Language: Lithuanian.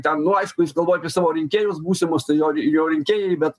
ten nu aišku išgalvoti savo rinkėjus būsimus tai jo jo rinkėjai be